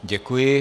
Děkuji.